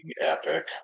epic